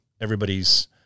everybody's